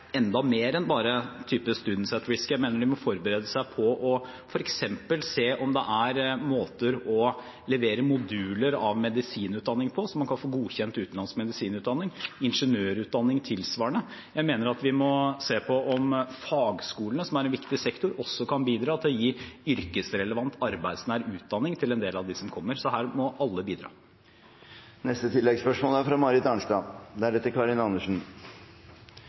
enda mer enn bare tiltak som Students at Risk. Jeg mener at de må forberede seg på f.eks. å se om det er måter å levere moduler av medisinutdanning på, sånn at man kan få godkjent utenlandsk medisinutdanning – og noe tilsvarende for ingeniørutdanning. Jeg mener vi må se på om fagskolene, som er en viktig sektor, også kan bidra til å gi yrkesrelevant og arbeidsnær utdanning til en del av dem som kommer. Her må alle